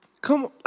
Come